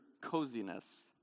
coziness